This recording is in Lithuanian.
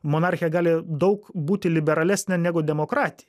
monarchija gali daug būti liberalesnė negu demokratija